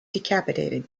decapitated